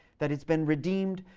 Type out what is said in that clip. that it's been redeemed,